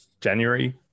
january